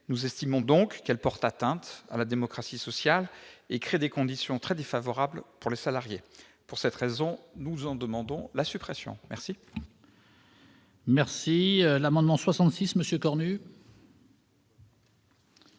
Nous estimons donc qu'elle porte atteinte à la démocratie sociale et crée des conditions très défavorables pour les salariés. Pour cette raison, nous demandons la suppression de cette disposition. L'amendement n°